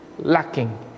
Lacking